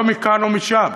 לא מכאן או משם,